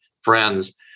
friends